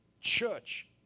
church